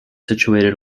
situated